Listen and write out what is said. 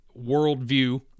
worldview